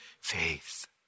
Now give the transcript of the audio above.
faith